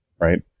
right